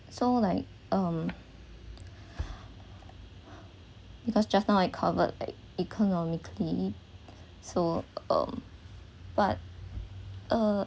so like um because just now I covered like economically so um but uh